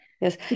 yes